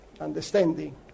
understanding